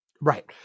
Right